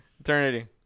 Eternity